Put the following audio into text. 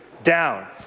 down.